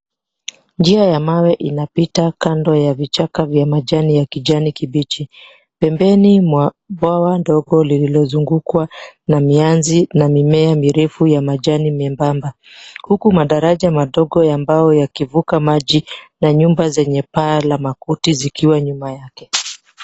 Njia ya mawe inapita kando ya vichaka vya majani ya kijani kibichi. Pembeni mwa bwawa ndogo lililozungukwa na mianzi na mimea mirefu ya majani membamba, huku madaraja madogo ya mbao yakivuka maji na nyumba zenye paa la makuti zikiwa nyuma yake.